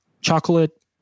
chocolate